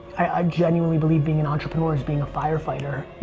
i genuinely believe being an entrepreneur is being a firefighter.